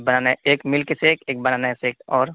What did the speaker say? بنانا ایک milk shake ایک banana shake اور